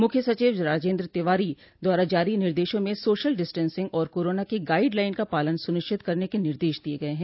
मुख्य सचिव राजेन्द्र तिवारी द्वारा जारी निर्देशों में सोशल डिस्टेंसिंग और कारोना की गाइड लाइन का पालन सुनिश्चित करने के निर्देश दिये गये है